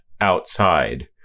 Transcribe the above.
outside